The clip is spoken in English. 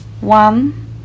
One